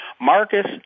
Marcus